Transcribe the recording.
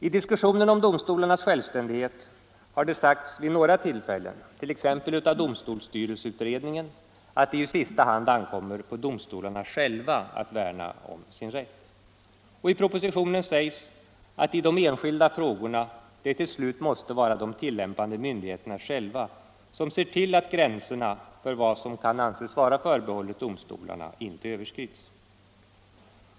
I diskussionen om domstolarnas självständighet har det sagts vid några tillfällen, t.ex. av domstolsstyrelseutredningen, att det i sista hand ankommer på domstolarna själva att värna om sin rätt. Och i propositionen sägs att det i de enskilda frågorna till slut måste vara de tillämpande myndigheterna själva som ser till att gränserna för vad som anses vara förbehållet domstolarna inte överskrids.